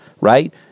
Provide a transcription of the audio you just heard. right